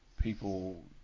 People